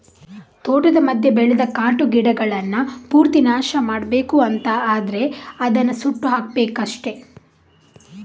ತೋಟದ ಮಧ್ಯ ಬೆಳೆದ ಕಾಟು ಗಿಡಗಳನ್ನ ಪೂರ್ತಿ ನಾಶ ಮಾಡ್ಬೇಕು ಅಂತ ಆದ್ರೆ ಅದನ್ನ ಸುಟ್ಟು ಹಾಕ್ಬೇಕಷ್ಟೆ